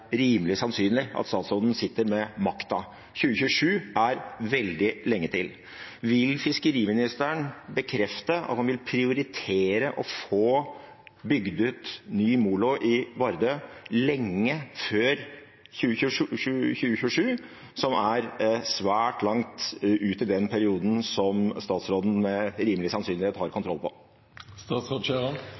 rimelig sannsynlig at statsråden sitter med makten. 2027 er veldig lenge til. Vil fiskeriministeren bekrefte at han vil prioritere å få bygd ut ny molo i Vardø lenge før 2027, som er svært langt ut i den perioden som statsråden med rimelig sannsynlighet har kontroll